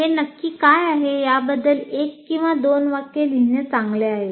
हे नक्की काय आहे याबद्दल एक किंवा दोन वाक्ये लिहिणे चांगले आहे